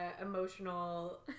emotional